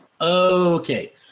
Okay